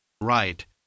Right